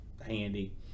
handy